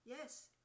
yes